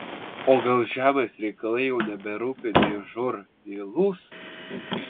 o gal žemės reikalai jau neberūpi nei žūr nei lūs